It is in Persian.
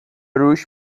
روش